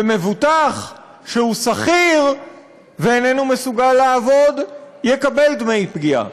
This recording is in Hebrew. ומבוטח שהוא שכיר ואיננו מסוגל לעבוד יקבל דמי פגיעה?